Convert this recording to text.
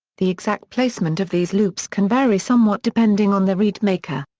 the exact placement of these loops can vary somewhat depending on the reed maker.